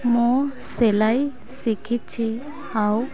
ମୁଁ ସେଲେଇ ଶିଖିଛି ଆଉ